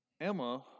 emma